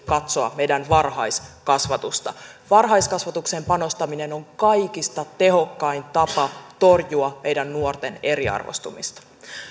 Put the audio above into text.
katsoa meidän varhaiskasvatusta varhaiskasvatukseen panostaminen on kaikista tehokkain tapa torjua meidän nuorten eriarvoistumista